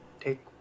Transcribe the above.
take